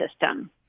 system